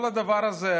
כל הדבר הזה,